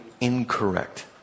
incorrect